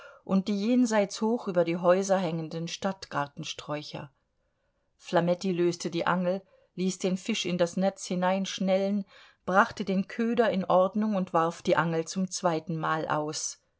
und die jenseits hoch über die häuser hängenden stadtgartensträucher flametti löste die angel ließ den fisch in das netz hineinschnellen brachte den köder in ordnung und warf die angel zum zweitenmal aus